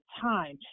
time